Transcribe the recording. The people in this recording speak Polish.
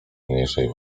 mniejszej